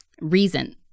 reason